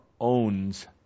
owns